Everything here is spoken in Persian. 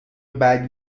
بعدی